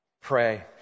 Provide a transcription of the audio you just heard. Pray